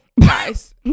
Guys